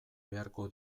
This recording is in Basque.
beharko